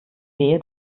wehe